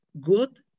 Good